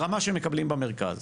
ברמה שמקבלים במרכז.